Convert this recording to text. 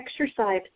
exercise